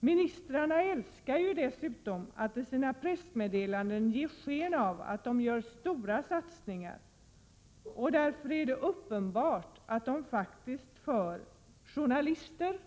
Ministrarna älskar dessutom att i sina pressmeddelanden ge sken av att de gör stora satsningar. Det är uppenbart att de för journalister,